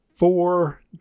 Four